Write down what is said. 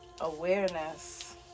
Awareness